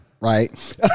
right